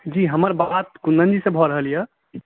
जी हमर बात कुन्दनजी से भऽ रहल यऽ